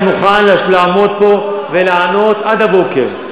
אני מוכן לעמוד פה ולענות עד הבוקר.